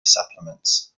supplements